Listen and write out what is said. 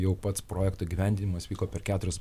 jau pats projekto įgyvendinimas vyko per keturias